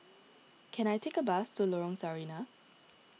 can I take a bus to Lorong Sarina